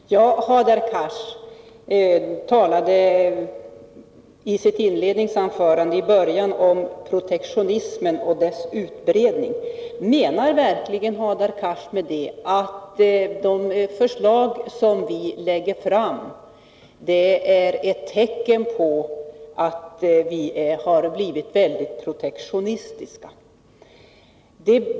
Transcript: Herr talman! Hadar Cars talade i sitt inledningsanförande om protektionismen och dess utbredning. Menar verkligen Hadar Cars med det att de förslag som vi lägger fram är ett tecken på att vi har blivit väldigt protektionistiska?